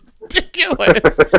ridiculous